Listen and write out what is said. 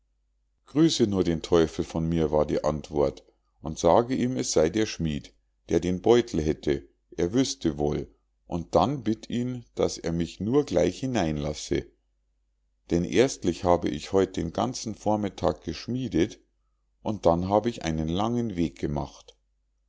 grüße nur den teufel von mir war die antwort und sage ihm es sei der schmied der den beutel hätte er wüßte wohl und dann bitt ihn daß er mich nur gleich hineinlasse denn erstlich hab ich heut den ganzen vormittag geschmiedet und dann hab ich einen langen weg gemacht